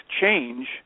change